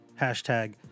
Hashtag